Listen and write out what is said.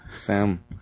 Sam